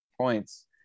points